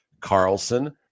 Carlson